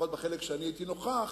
לפחות בחלק שאני הייתי נוכח,